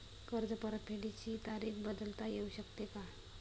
कर्ज परतफेडीची तारीख बदलता येऊ शकते का?